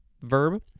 verb